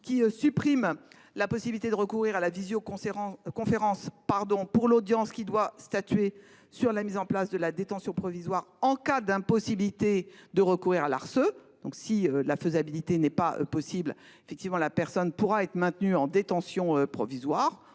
à supprimer la possibilité de recourir à la visioconférence pour l'audience qui doit statuer sur la mise en place de la détention provisoire en cas d'impossibilité de recourir à l'Arse. Lorsque la mise en oeuvre de l'Arse n'est pas possible, le prévenu pourra être maintenu en détention provisoire